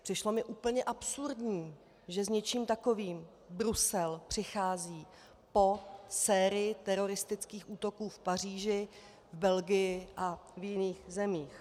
Přišlo mi úplně absurdní, že s něčím takovým Brusel přichází po sérii teroristických útoků v Paříži, Belgii a v jiných zemích.